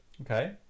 Okay